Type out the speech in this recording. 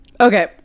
okay